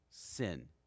Sin